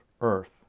Earth